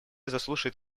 заслушает